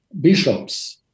bishops